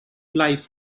life